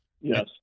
Yes